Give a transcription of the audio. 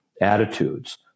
attitudes